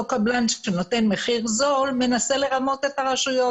אותו קבלן שנותן מחיר זול מנסה לרמות את הרשויות.